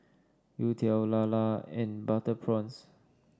Youtiao Lala and Butter Prawns